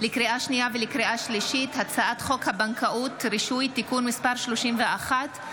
לקריאה שנייה ולקריאה שלישית: הצעת חוק הבנקאות (רישוי) (תיקון מס' 31),